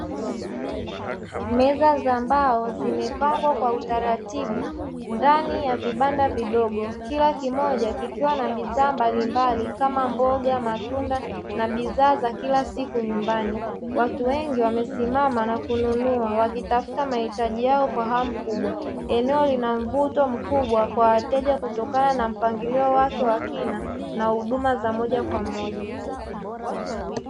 Meza za mbao zimepangwa kwa utaratibu ndani ya vibanda vidogo, kila kimoja kikiwa na bidhaa mbalimbali, kama; mboga, matunda na bidhaa za kila siku nyumbani. Watu wengi wamesimama na kununua, wakitafuta mahitaji yao kwa hamu kubwa. Eneo lina mvuto mkubwa kwa wateja kutokana na mpangilio wake wa kina na huduma za moja kwa moja.